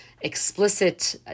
explicit